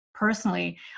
Personally